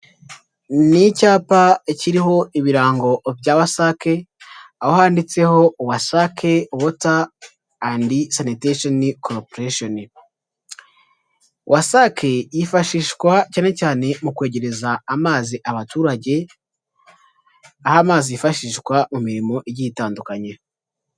Ni icyapa kiriho ibirango bya wasake aho handitse wasake wota andi sanitation koroporasheni. Wasake yifashishwa cyane cyane mu kwegereza amazi abaturage, aho amazi hifashishwa mu mirimo igiye itandukanye.